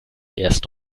erst